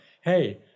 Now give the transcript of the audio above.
hey